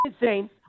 insane